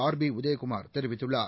RB Udhayakumar தெரிவித்துள்ளார்